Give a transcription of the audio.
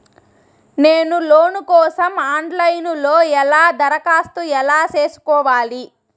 నేను లోను కోసం online లో ఎలా దరఖాస్తు ఎలా సేసుకోవాలి?